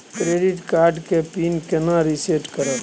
Debit card के pin केना reset करब?